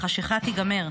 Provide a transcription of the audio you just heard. החשכה תיגמר,